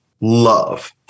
love